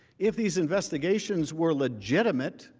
if these investigations were legitimate.